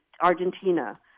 Argentina